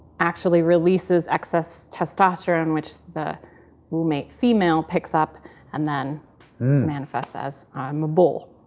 actually releases excess testosterone, which the womb mate, female, picks up and then manifests as, i'm a bull.